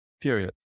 Period